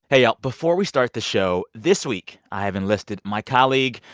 hey, y'all. before we start the show, this week, i have enlisted my colleague,